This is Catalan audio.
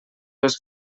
les